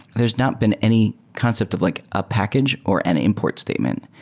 there's not been any concept of like a package or an import statement,